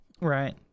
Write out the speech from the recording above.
Right